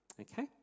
Okay